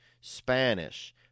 Spanish